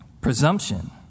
Presumption